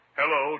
hello